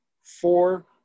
four